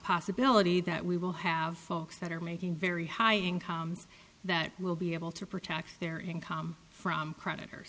possibility that we will have folks that are making very high incomes that will be able to protect their income from creditors